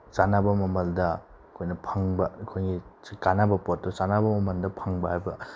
ꯆꯥꯟꯅꯕ ꯃꯃꯜꯗ ꯑꯩꯈꯣꯏꯅ ꯐꯪꯕ ꯑꯩꯈꯣꯏꯒꯤ ꯁꯤ ꯀꯥꯟꯅꯕ ꯄꯣꯠꯇꯣ ꯆꯥꯟꯅꯕ ꯃꯃꯜꯗ ꯐꯪꯕ ꯍꯥꯏꯕ